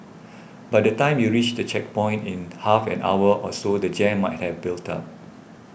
by the time you reach the checkpoint in half an hour or so the jam might have built up